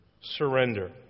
Surrender